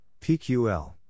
pql